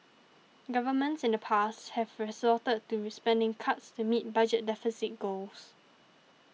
governments in the past have resorted to spending cuts to meet budget deficit goals